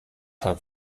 halb